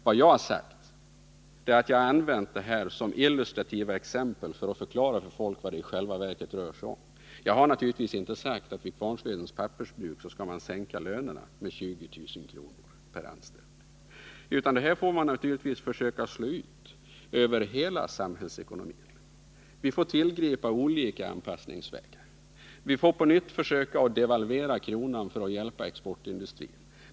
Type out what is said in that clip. Vad jag har gjort är att jag har använt dessa siffror som illustrativa exempel för att förklara för folk vad det i själva verket rör sig om. Jag har naturligtvis inte sagt att man vid Kvarnsvedens Pappersbruk skall sänka lönerna med 20 000 kr. per anställd, utan den här fördyringen får man naturligtvis försöka slå ut över hela samhällsekonomin. Vi får tillgripa olika anpassningsvägar. Vi får på nytt försöka devalvera kronan för att hjälpa exportindustrin.